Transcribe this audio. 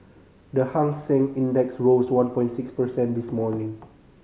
the Hang Seng Index rose one point six percent this morning